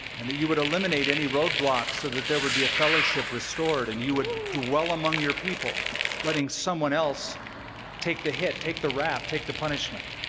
and that you would eliminate any roadblocks, so that there would be a fellowship restored. and you would dwell among your people letting someone else take the hit, take the rap, take the punishment,